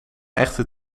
echte